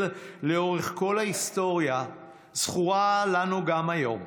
לאורך כל ההיסטוריה זכורה לנו גם היום.